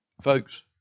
Folks